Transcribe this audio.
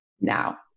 now